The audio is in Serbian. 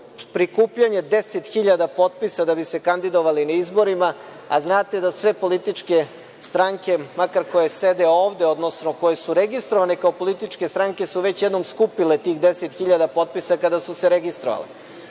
prikupljanje 10.000 potpisa da bi se kandidovali na izborima, a znate da sve političke stranke, makar koje sede ovde, odnosno koje su registrovane kao političke stranke su već jednom skupile tih 10.000 potpisa kada su se registrovale. Posledica